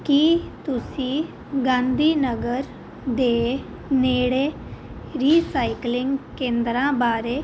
ਕੀ ਤੁਸੀਂ ਗਾਂਧੀ ਨਗਰ ਦੇ ਨੇੜੇ ਰੀਸਾਈਕਲਿੰਗ ਕੇਂਦਰਾਂ ਬਾਰੇ